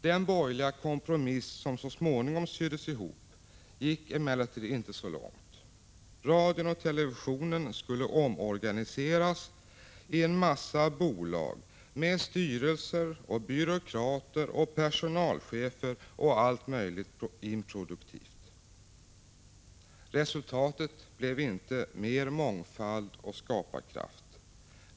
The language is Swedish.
Den borgerliga kompromiss som så småningom syddes ihop gick emellertid inte så långt. Radion och televisionen skulle omorganiseras i en massa bolag med styrelser och byråkrater och personalchefer och allt möjligt improduktivt. Resultatet blev inte mer mångfald och skaparkraft.